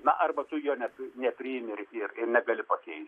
na arba tu jo nep neprimi ir ir negali pakeist